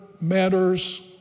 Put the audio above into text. matters